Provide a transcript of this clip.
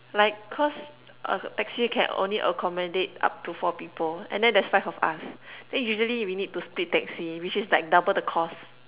like cause a taxi can only accommodate up to four people and then there's five of us then usually we need to split taxi which is like double the cost